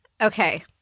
Okay